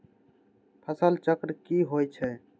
फसल चक्र की होई छै?